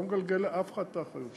אני לא מגלגל לאף אחד את האחריות,